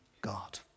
God